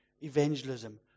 evangelism